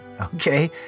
Okay